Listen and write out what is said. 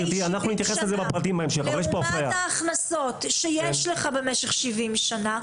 לפני 70 שנים לעומת ההכנסות שיש לך במשך 70 שנים,